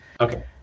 Okay